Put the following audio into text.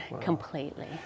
completely